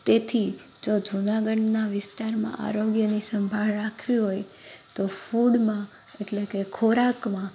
તેથી જો જૂનાગઢના વિસ્તારમાં આરોગ્યની સંભાળ રાખવી હોય તો ફૂડમાં એટલે કે ખોરાકમાં